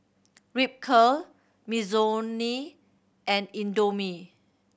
Ripcurl Mizuno and Indomie